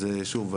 זה שוב,